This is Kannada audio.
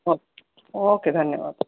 ಓಕೆ ಓಕೆ ಧನ್ಯವಾದ